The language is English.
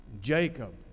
Jacob